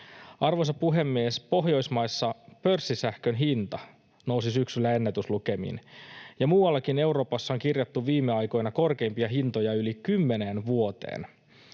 Arvoisa puhemies! Pohjoismaissa pörssisähkön hinta nousi syksyllä ennätyslukemiin, ja muuallakin Euroopassa on kirjattu viime aikoina korkeimpia hintoja yli kymmeneen vuoteen.